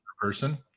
person